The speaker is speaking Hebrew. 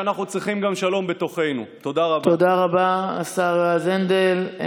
תודה רבה, השר יועז הנדל.